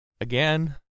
Again